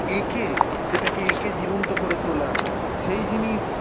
এঁকে সেটাকে এঁকে জীবন্ত করে তোলা সেই জিনিস